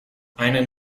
einen